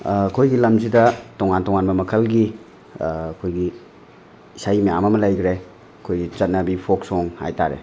ꯑꯩꯈꯣꯏꯒꯤ ꯂꯝꯁꯤꯗ ꯇꯣꯉꯥꯟ ꯇꯣꯉꯥꯟꯕ ꯃꯈꯜꯒꯤ ꯑꯩꯈꯣꯏꯒꯤ ꯏꯁꯩ ꯃꯌꯥꯝ ꯑꯃ ꯂꯩꯈ꯭ꯔꯦ ꯑꯩꯈꯣꯏꯒꯤ ꯆꯠꯅꯕꯤ ꯐꯣꯛ ꯁꯣꯡ ꯍꯥꯏꯇꯥꯔꯦ